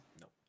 Nope